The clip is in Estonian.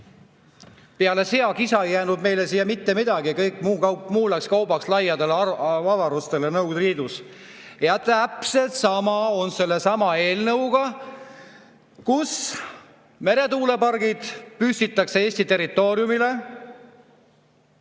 Peale seakisa ei jäänud meile siia mitte midagi, kõik läks kaubaks laiadele avarustele Nõukogude Liidus. Ja täpselt sama on sellesama eelnõuga. Meretuulepargid püstitatakse Eesti territooriumile.